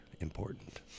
important